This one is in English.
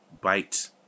bite